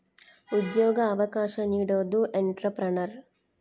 ಉದ್ಯೋಗ ಅವಕಾಶ ನೀಡೋದು ಎಂಟ್ರೆಪ್ರನರ್